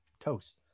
toast